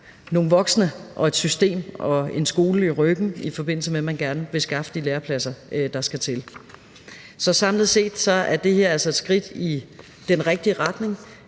nogle voksne, et system og en skole i ryggen, i forbindelse med at man gerne vil skaffe de lærepladser, der skal til. Samlet set er det her altså et skridt i den rigtige retning.